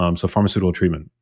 um so pharmaceutical treatment.